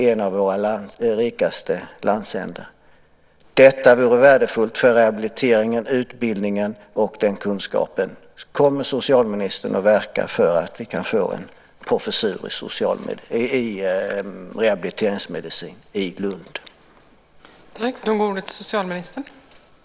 En sådan professur vore värdefull för rehabiliteringen, utbildningen och kunskaperna. Kommer socialministern att verka för att vi kan få en professur i rehabiliteringsmedicin vid Lunds universitet?